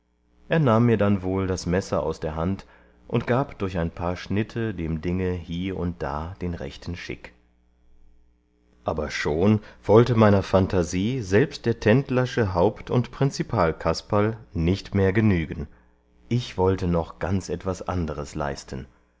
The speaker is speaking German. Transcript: er nahm mir dann wohl das messer aus der hand und gab durch ein paar schnitte dem dinge hie und da den rechten schick aber schon wollte meiner phantasie selbst der tendlersche haupt und prinzipalkasperl nicht mehr genügen ich wollte noch ganz etwas anderes leisten